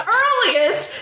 earliest